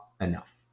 enough